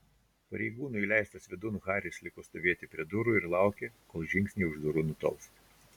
pareigūno įleistas vidun haris liko stovėti prie durų ir laukė kol žingsniai už durų nutols